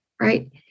right